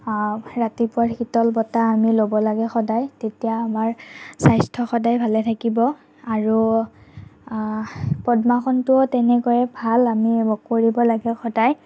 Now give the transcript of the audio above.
ৰাতিপুৱাৰ শীতল বতাহ আমি ল'ব লাগে সদায় তেতিয়া আমাৰ স্বাস্থ্য সদায় ভালে থাকিব আৰু পদ্মাসনটোও তেনেকুৱাই ভাল আমি কৰিব লাগে সদায়